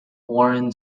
warren